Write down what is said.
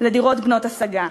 לדירות בנות-השגה.